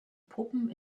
puppen